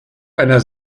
einer